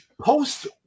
post